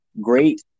great